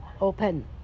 open